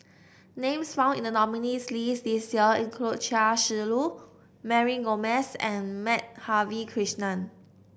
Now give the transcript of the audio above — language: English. names found in the nominees' list this year include Chia Shi Lu Mary Gomes and Madhavi Krishnan